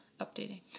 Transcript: updating